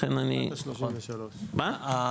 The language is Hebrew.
לכן אני --- קריית אתא 33. כן,